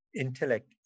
intellect